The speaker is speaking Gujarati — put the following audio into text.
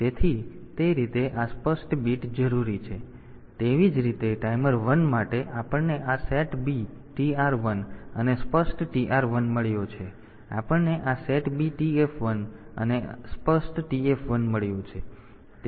તેથી તે રીતે આ સ્પષ્ટ બીટ જરૂરી છે અને તેવી જ રીતે ટાઈમર 1 માટે આપણને આ SETB TR 1 અને સ્પષ્ટ TR 1 મળ્યો છે અને આપણને આ SETB TF 1 અને સ્પષ્ટ TF 1 મળ્યો છે